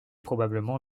probablement